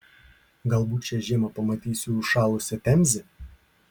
galbūt šią žiemą pamatysiu užšalusią temzę